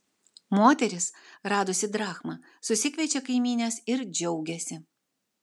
moteris radusi drachmą susikviečia kaimynes ir džiaugiasi